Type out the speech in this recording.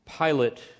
Pilate